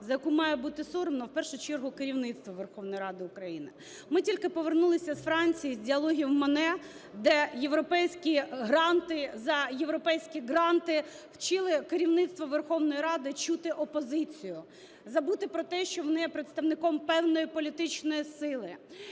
за яку має бути соромно в першу чергу керівництву Верховної Ради України. Ми тільки повернулися з Франції, з "Діалогів Моне", де європейські гранти… за європейські гранти вчили керівництво Верховної Ради чути опозицію, забути про те, що вони є представником певної політичної сили.